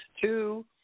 Two